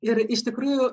ir iš tikrųjų